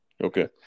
Okay